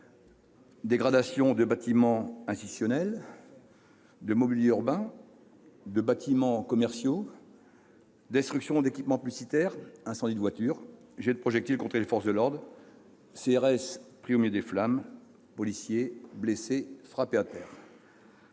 Dégradations de bâtiments institutionnels, de mobilier urbain, de bâtiments commerciaux ; destructions d'équipements publicitaires ; incendies de voitures ; jets de projectiles contre les forces de l'ordre ; CRS pris au milieu des flammes ; policiers blessés, frappés à terre